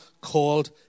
called